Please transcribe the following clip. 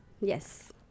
Yes